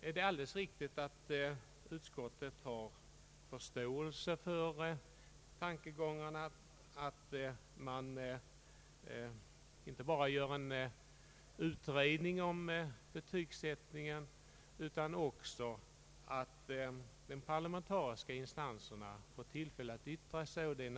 Det är alldeles riktigt att utskottet har förståelse för tankegången att det inte bara bör ske en utredning om betygsättningen utan också att de parlamentariska instanserna bör få tillfälle att yttra sig över detta.